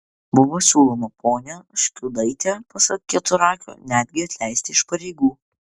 buvo siūloma ponią škiudaitę pasak keturakio netgi atleisti iš pareigų